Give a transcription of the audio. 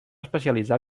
especialitzar